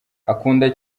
akunda